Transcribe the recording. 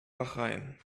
bahrain